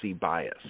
bias